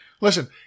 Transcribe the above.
Listen